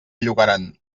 llogaran